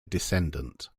descendant